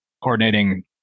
coordinating